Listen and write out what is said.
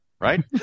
right